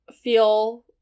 feel